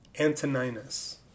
Antoninus